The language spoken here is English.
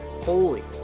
holy